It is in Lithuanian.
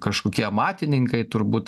kažkokie matininkai turbūt